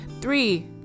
three